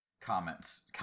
comments